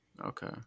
Okay